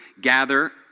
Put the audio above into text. gather